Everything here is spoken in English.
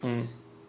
mm